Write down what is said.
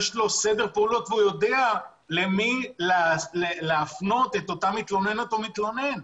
יש לו סדר פעולות והוא יודע למי להפנות את המתלונן או המתלוננת,